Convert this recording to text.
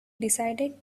decided